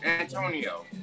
Antonio